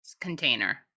container